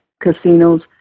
casinos